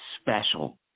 special